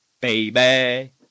baby